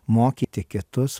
mokyti kitus